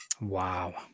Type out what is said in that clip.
wow